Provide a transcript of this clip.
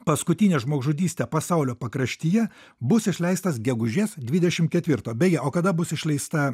paskutinė žmogžudystė pasaulio pakraštyje bus išleistas gegužės dvidešim ketvirtą beje o kada bus išleista